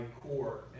core